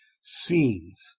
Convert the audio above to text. scenes